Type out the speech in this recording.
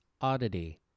Oddity